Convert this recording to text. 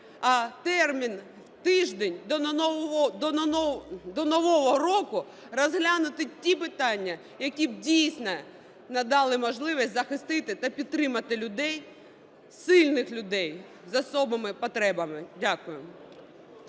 а термін – тиждень до нового року розглянути ті питання, які б дійсно надали можливість захистити та підтримати людей, сильних людей з особливими потребами. Дякую.